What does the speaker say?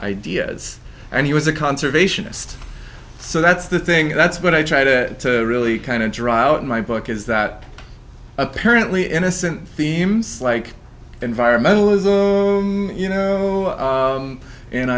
ideas and he was a conservationist so that's the thing that's what i try to really kind of draw out in my book is that apparently innocent themes like environmentalism you know